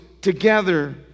together